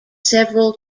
several